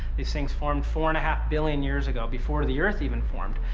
these things formed four-and-a-half-billion years ago, before the earth even formed,